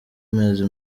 mezi